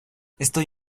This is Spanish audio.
estoy